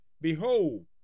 Behold